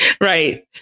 Right